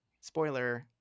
Spoiler